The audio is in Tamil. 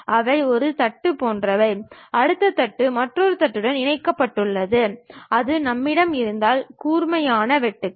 இவை ஒரு தட்டு போன்றவை அடுத்த தட்டு மற்றொரு தட்டுடன் இணைக்கப்பட்டுள்ளது அது நம்மிடம் இருந்தால் கூர்மையான வெட்டுக்கள்